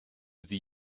sie